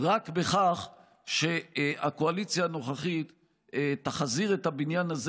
רק בכך שהקואליציה הנוכחית תחזיר את הבניין הזה